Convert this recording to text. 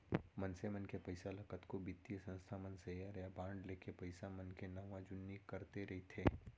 मनसे मन के पइसा ल कतको बित्तीय संस्था मन सेयर या बांड लेके पइसा मन के नवा जुन्नी करते रइथे